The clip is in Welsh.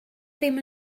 ddim